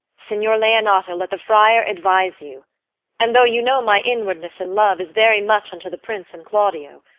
signior leonato, let the friar advise you and though you know my inwardness and love is very much unto the prince and claudio,